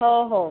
हो हो